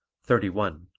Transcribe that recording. thirty one.